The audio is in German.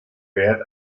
wert